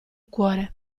cuore